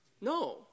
No